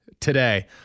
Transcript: today